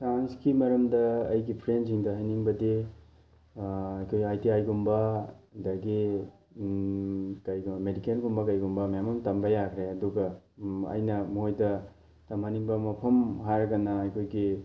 ꯁꯥꯏꯟꯁꯀꯤ ꯃꯔꯝꯗ ꯑꯩꯒꯤ ꯐ꯭ꯔꯦꯟꯁꯤꯡꯗ ꯍꯥꯏꯅꯤꯡꯕꯗꯤ ꯑꯩꯈꯣꯏ ꯑꯥꯏ ꯇꯤ ꯑꯥꯏ ꯒꯨꯝꯕ ꯑꯗꯒꯤ ꯀꯩꯅꯣ ꯃꯦꯗꯤꯀꯦꯜ ꯒꯨꯝꯕ ꯀꯩꯒꯨꯝꯕ ꯃꯌꯥꯝ ꯑꯃ ꯇꯝꯕ ꯌꯥꯈ꯭ꯔꯦ ꯑꯗꯨꯒ ꯑꯩꯅ ꯃꯣꯏꯗ ꯇꯝꯍꯟꯅꯤꯡꯕ ꯃꯐꯝ ꯍꯥꯏꯔꯒꯅ ꯑꯩꯈꯣꯏꯒꯤ